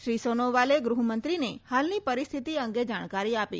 શ્રી સોનોવાલે ગ્રહમંત્રીને હાલની પરિસ્થિતિ અંગે જાણકારી આપી